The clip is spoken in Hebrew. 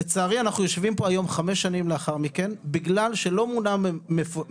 לצערי אנחנו יושבים פה היום חמש שנים לאחר מכן בגלל שלא מונה מפקח,